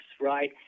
right